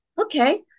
Okay